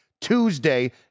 Tuesday